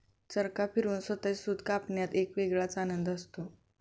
चरखा फिरवून स्वतःचे सूत कापण्यात एक वेगळाच आनंद असतो